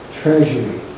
treasury